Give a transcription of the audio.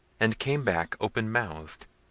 and came back open-mouthed,